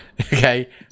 Okay